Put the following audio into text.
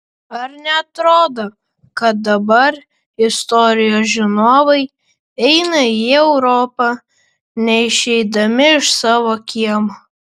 ar neatrodo kad dabar istorijos žinovai eina į europą neišeidami iš savo kiemo